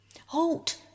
Halt